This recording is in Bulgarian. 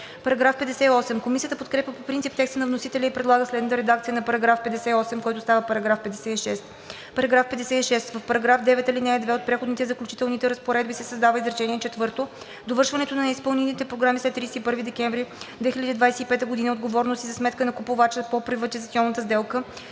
отпадъците.“ Комисията подкрепя по принцип текста на вносителя и предлага следната редакция на § 58, който става § 56: „§ 56. В § 9, ал. 2 от преходните и заключителните разпоредби се създава изречение четвърто „Довършването на неизпълнените програми след 31 декември 2025 г. е отговорност и е за сметка на купувача по приватизационната сделка